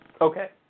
Okay